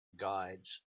guides